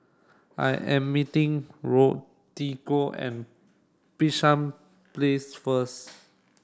I am meeting Rodrigo at Bishan Place first